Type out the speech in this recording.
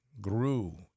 grew